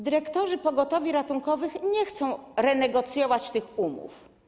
Dyrektorzy pogotowia ratunkowego nie chcą renegocjować tych umów.